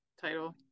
title